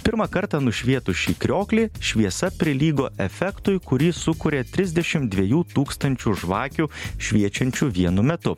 pirmą kartą nušvietus šį krioklį šviesa prilygo efektui kurį sukuria trisdešim dviejų tūkstančių žvakių šviečiančių vienu metu